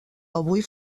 avui